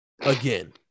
again